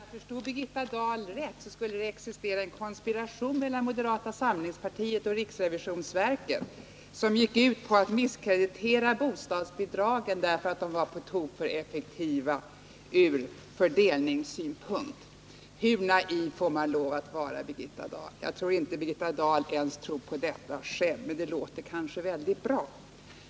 Herr talman! Om jag förstod Birgitta Dahl rätt skulle det existera en konspiration mellan moderata samlingspartiet och riksrevisionsverket, som gick ut på att misskreditera bostadsbidragen därför att de var på tok för effektiva från fördelningssynpunkt. Hur naiv får man lov att vara, Birgitta Dahl? Jag tror inte att Birgitta Dahl tror på detta ens själv, även om hon tycker att det låter bra.